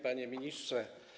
Panie Ministrze!